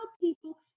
people